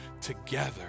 together